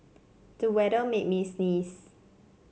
the weather made me sneeze